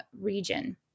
region